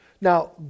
now